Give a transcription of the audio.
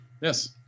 Yes